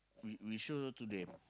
we show to them